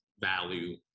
value